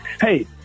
Hey